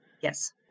Yes